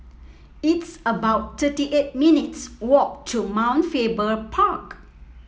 it's about thirty eight minutes' walk to Mount Faber Park